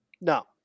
No